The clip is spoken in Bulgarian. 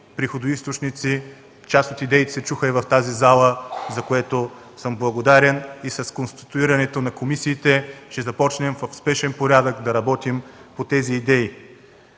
приходоизточници. Част от идеите се чуха и в тази зала, за което съм благодарен. С конституирането на комисиите ще започнем в спешен порядък да работим по тези идеи.